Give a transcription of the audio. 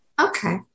Okay